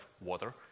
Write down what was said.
water